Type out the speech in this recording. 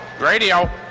Radio